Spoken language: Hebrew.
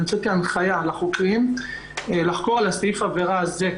אני הוצאתי הנחיה לחוקרים לחקור על סעיף עבירה על זה,